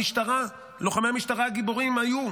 המשטרה, לוחמי המשטרה הגיבורים היו,